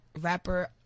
rapper